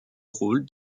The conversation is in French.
rôle